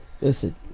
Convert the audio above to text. Listen